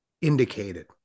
indicated